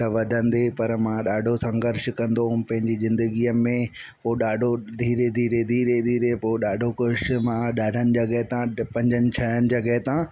त वधंदे पर मां ॾाढो संघर्ष कंदो हुउमि पंहिंजी ज़िंदगीअ में पोइ ॾाढो धीरे धीरे धीरे धीरे पोइ ॾाढो कुझु मां ॾाढनि जॻह तां पंजनि छहनि जॻह तां नौकिरी